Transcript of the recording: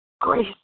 grace